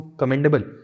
commendable